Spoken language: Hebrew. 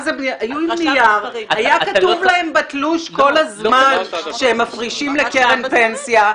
היה כתוב להם בתלוש כל הזמן שהם מפרישים לקרן פנסיה,